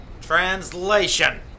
Translation